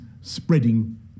spreading